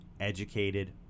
educated